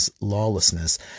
lawlessness